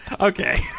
Okay